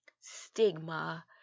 stigma